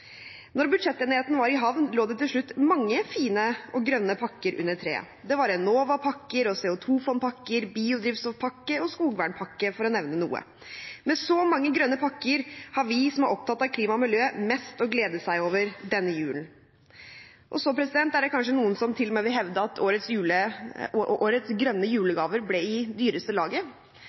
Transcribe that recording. Når budsjettenigheten var i havn, lå det til slutt mange fine – og grønne – pakker under treet. Det var Enova-pakker og CO 2 -fond-pakker, biodrivstoff-pakke og skogvern-pakke, for å nevne noe. Med så mange grønne pakker har vi som er opptatt av klima og miljø, mest å glede oss over denne julen. Så er det kanskje noen som til og med vil hevde at årets grønne julegaver ble i dyreste laget,